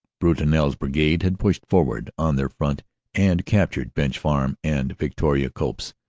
brutinel's brigade had pushed forward on their front and captured bench farm and victoria copse,